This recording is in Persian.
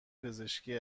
پزشکی